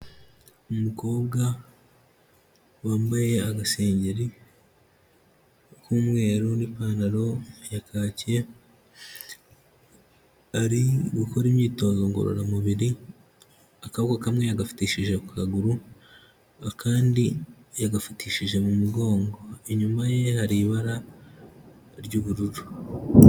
Umukobwa wambaye agasengeri k'umweru n'ipantaro ya kake, ari gukora imyitozo ngororamubiri akaboko kamwe yagafatishije ku kaguru akandi yagafatishije mu mugongo, inyuma ye hari ibara ry'ubururu.